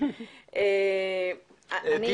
אני